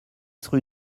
rue